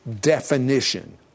definition